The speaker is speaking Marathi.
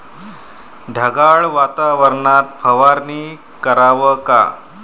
ढगाळ वातावरनात फवारनी कराव का?